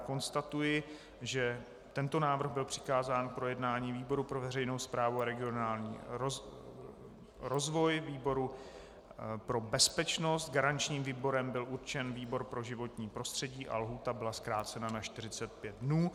Konstatuji, že tento návrh byl přikázán k projednání výboru pro veřejnou správu a regionální rozvoj, výboru pro bezpečnost, garančním výborem byl určen výbor pro životní prostředí a lhůta byla zkrácena na 45 dnů.